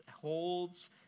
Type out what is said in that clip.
holds